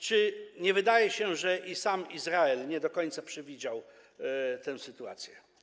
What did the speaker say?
Czy nie wydaje się, że i sam Izrael nie do końca przewidział tę sytuację?